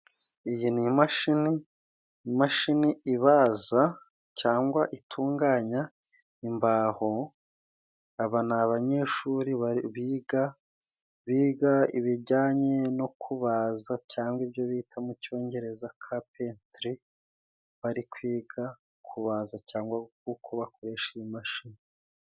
Iyi ni imashini, imashini ibaza cyangwa itunganya imbaho. Aba ni abanyeshuri biga, biga ibijyanye no kubaza cyangwa ibyo bita mu cyongereza kapentiri, bari kwiga kubaza cyangwa uko bakoresha iyi mashini.